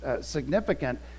significant